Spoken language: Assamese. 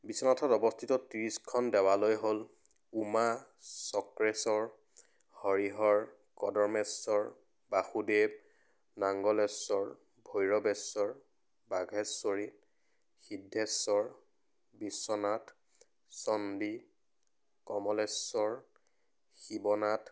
বিশ্বনাথত অৱস্থিত ত্ৰিছখন দেৱালয় হ'ল উমা চক্ৰেশ্বৰ হৰিহৰ কদমেশ্বৰ বাসুদেৱ নাংগলেশ্বৰ ভৈৰৱেশ্বৰ বাঘেশ্বৰী সিদ্ধেশ্বৰ বিশ্বনাথ চন্দী কমলেশ্বৰ শিৱনাথ